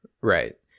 Right